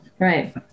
right